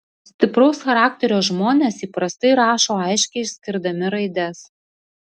stipraus charakterio žmonės įprastai rašo aiškiai išskirdami raides